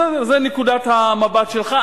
בסדר, זו נקודת המבט שלך.